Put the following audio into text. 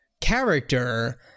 character